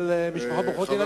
שהן